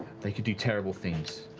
they could do terrible things.